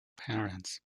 parents